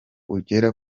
ugera